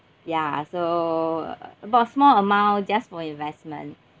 ya so about small amount just for investment